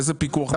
איזה פיקוח יש?